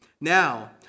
Now